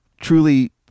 truly